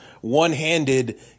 one-handed